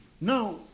Now